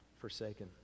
forsaken